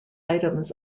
items